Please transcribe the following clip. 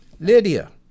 Lydia